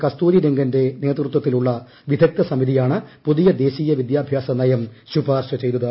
കസ്തൂരി രംഗന്റെ നേതൃത്തിലുള്ള വിദഗ്ദ്ധ സമിതിയാണ് പുതിയ ദേശീയ വിദ്യാഭ്യാസ നയം ശുപാർശ ചെയ്തത്